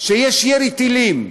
יש ירי טילים וה"חיזבאללה"